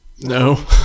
No